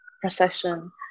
procession